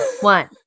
one